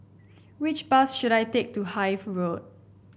which bus should I take to Hythe Road